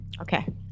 Okay